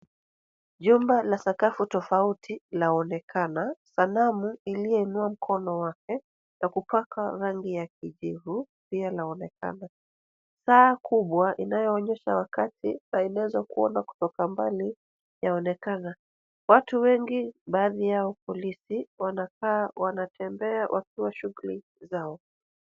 Jumba la sakafu tofauti laonekana. Sanamu iliyoinua mkono wake na kupaka rangi ya kijivu pia laonekana. Saa kubwa inayoonyesha wakati na inaeza kuona kutoka mbali yaonekana. Watu wengi baadhi yao polisi wanafaa wanatembea wakiwa shughuli zao.